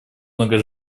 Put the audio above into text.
много